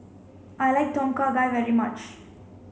I like Tom Kha Gai very much